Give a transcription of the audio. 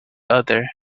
other